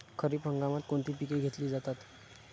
खरीप हंगामात कोणती पिके घेतली जातात?